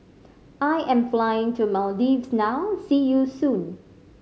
I am flying to Maldives now see you soon